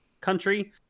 country